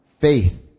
faith